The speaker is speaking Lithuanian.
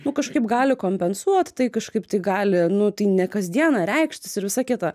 nu kažkaip gali kompensuot tai kažkaip tai gali nu tai ne kasdieną reikštis ir visa kita